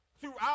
throughout